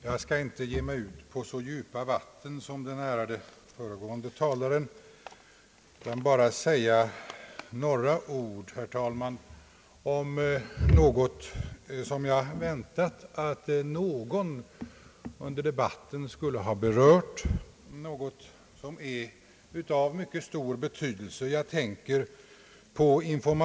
Herr talman! Jag skall inte ge mig ut på så djupt vatten som den ärade föregående talaren utan bara säga ett par ord om informationen kring u-landsfrågorna, som är av mycket stor betydelse och som jag väntat att någon